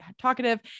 talkative